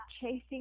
chasing